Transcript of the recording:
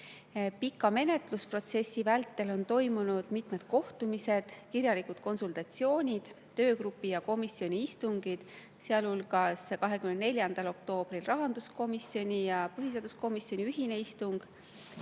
Pika menetlusprotsessi vältel on toimunud mitmed kohtumised, kirjalikud konsultatsioonid, töögrupi ja komisjoni istungid, sealhulgas oli 24. oktoobril rahanduskomisjoni ja põhiseaduskomisjoni ühine istung